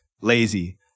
Lazy